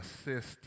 assist